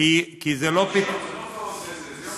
מה עושה הרשות ביום ראשון?